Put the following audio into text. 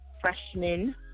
freshman